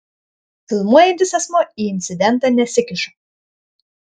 filmuojantis asmuo į incidentą nesikiša